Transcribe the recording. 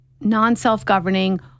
non-self-governing